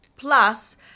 Plus